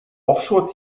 offshore